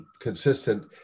consistent